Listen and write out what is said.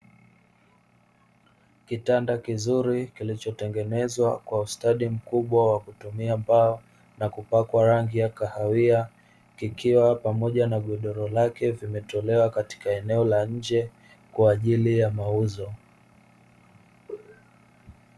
Kitanda kizuri kilichotengenezwa kwa ustadi mkubwa wa kutumia mbao na kupakwa rangi ya kahawia, kikiwa pamoja na godoro lake vimetolewa katika eneo la nje kwa ajili ya mauzo.